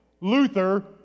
Luther